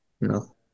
No